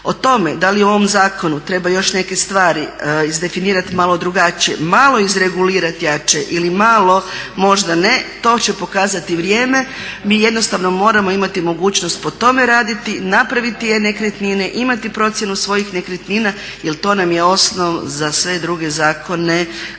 O tome da li u ovom zakonu treba još neke stvari izdefinirati malo drugačije, malo izregulirat jače ili malo možda ne, to će pokazati vrijeme. Mi jednostavno moramo imati mogućnost po tome raditi, napraviti e-nekretnine, imati procjenu svojih nekretnina jer to nam je osnov za sve druge zakone koji